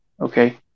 Okay